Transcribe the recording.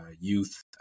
youth